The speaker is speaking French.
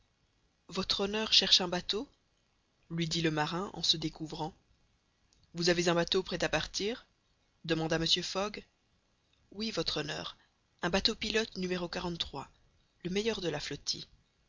votre honneur cherche un bateau lui dit le marin en se découvrant vous avez un bateau prêt à partir demanda mr fogg oui votre honneur un bateau pilote n le meilleur de la flottille